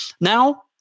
Now